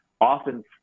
often